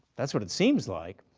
that's what it seems like.